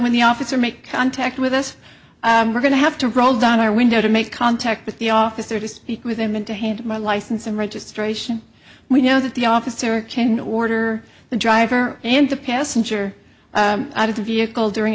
when the officer make contact with us we're going to have to roll down our window to make contact with the officer to speak with him and to hand my license and registration we know that the officer can order the driver and the passenger out of the vehicle during